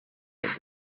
said